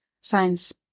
Science